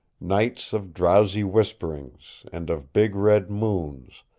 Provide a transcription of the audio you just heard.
nights of drowsy whisperings, and of big red moons,